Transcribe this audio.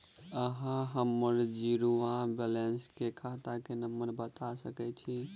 अहाँ हम्मर जीरो वा बैलेंस केँ खाता संख्या बता सकैत छी?